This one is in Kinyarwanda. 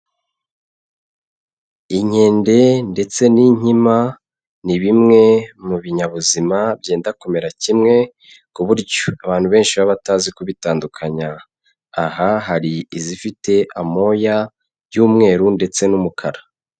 Inkende ndetse n'inkima ni bimwe mu binyabuzima byenda kumera kimwe ku buryo abantu benshi baba batazi kubitandukanya. Aha hari izifite amoya y'umweru ndetse n'umukara.